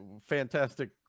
Fantastic